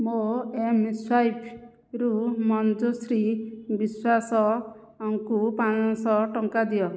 ମୋ ଏମ୍ ସ୍ୱାଇପରୁ ମଞ୍ଜୁଶ୍ରୀ ବିଶ୍ୱାସଙ୍କୁ ପାଁଶହ ଟଙ୍କା ଦିଅ